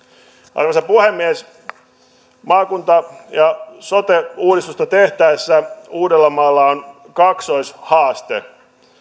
arvoisa puhemies maakunta ja sote uudistusta tehtäessä uudellamaalla on kaksoishaaste